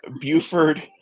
Buford